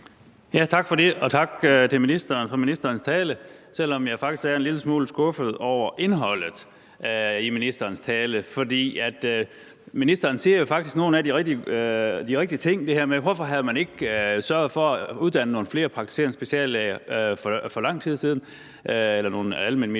Tak for det, og tak til ministeren for hans tale, selv om jeg faktisk er en lille smule skuffet over indholdet i ministerens tale. For ministeren siger jo faktisk nogle af de rigtige ting, altså det her med, hvorfor man ikke havde sørget for at uddanne nogle flere praktiserende speciallæger eller almenmedicinere